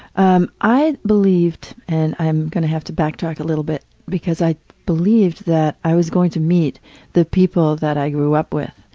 um i believed and i'm gonna have to backtrack a little bit because i believed that i was going to meet the people that i grew up with.